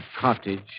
cottage